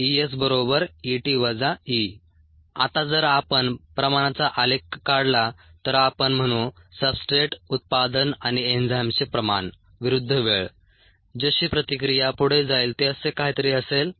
ESEt E आता जर आपण प्रमाणाचा आलेख काढला तर आपण म्हणू सब्सट्रेट उत्पादन आणि एन्झाईम्सचे प्रमाण विरुद्ध वेळ जशी प्रतिक्रिया पुढे जाईल ते असे काहीतरी असेल